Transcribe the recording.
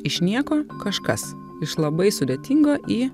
iš nieko kažkas iš labai sudėtingo į